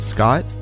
Scott